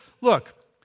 look